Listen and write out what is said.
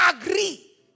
agree